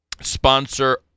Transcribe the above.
sponsor